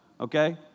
okay